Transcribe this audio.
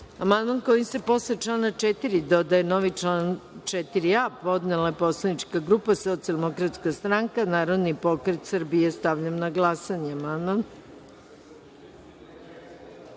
kojim se posle člana 4. dodaje novi član 4a podnela je poslanička grupa Socijaldemokratska stranka i Narodni pokret Srbije. Stavljam na glasanje